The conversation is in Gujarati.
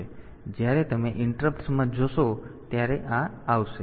તેથી જ્યારે તમે ઇન્ટરપ્ટ્સમાં જશો ત્યારે આ આવશે